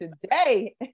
today